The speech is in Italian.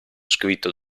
scritto